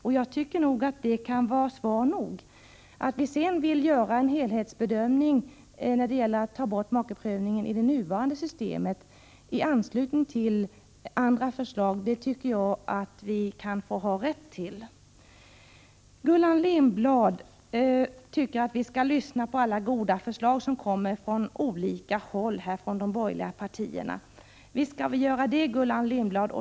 Det tycker jag kan vara svar nog. Jag tycker vidare att vi har rätt att få göra en helhetsbedömning i anslutning till andra förslag när det gäller att ta bort äktamakeprövningen i det nuvarande systemet. Gullan Lindblad tycker att vi skall lyssna till de många goda förslag som kommer från olika håll från de borgerliga partierna. Det skall vi visst göra, Gullan Lindblad.